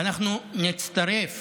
ואנחנו נצטרף